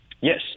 Yes